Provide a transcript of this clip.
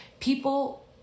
People